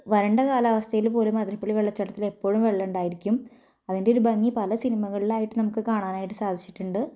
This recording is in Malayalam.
വരണ്ട കാലാവസ്ഥയിൽ പോലും ആതിരപ്പള്ളി വെള്ളച്ചാട്ടത്തിൽ എപ്പോഴും വെള്ളം ഉണ്ടായിരിക്കും അതിന്റെ ഒരു ഭംഗി പല സിനിമകളിലായിട്ട് നമുക്ക് കാണാനായിട്ട് സാധിച്ചിട്ടുണ്ട്